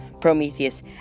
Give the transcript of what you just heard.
Prometheus